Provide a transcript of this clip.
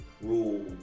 Rule